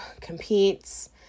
competes